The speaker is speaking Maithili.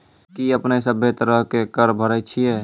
कि अपने सभ्भे तरहो के कर भरे छिये?